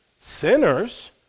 sinners